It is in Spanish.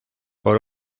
por